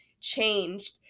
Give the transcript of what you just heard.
changed